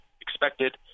expected